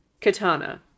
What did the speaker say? Katana